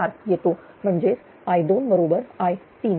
004 येतो म्हणजेच I2 बरोबर I3